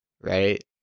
Right